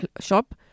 shop